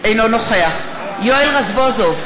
אינו נוכח יואל רזבוזוב,